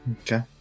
okay